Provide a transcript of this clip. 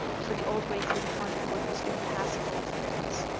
for the old way through the haunted wood was impassable with drifts,